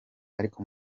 ariko